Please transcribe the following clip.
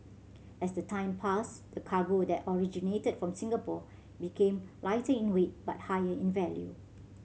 as the time passed the cargo that originated from Singapore became lighting in weight but higher in value